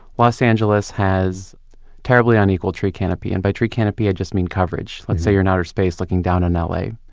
los angeles has terribly unequal tree canopy and by tree canopy i just mean coverage. let's say you're an outer space looking down on ah la,